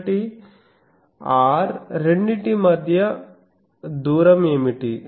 ఒకటి R రెండింటి మధ్య దూరం ఏమిటి